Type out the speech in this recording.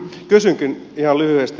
kysynkin ihan lyhyesti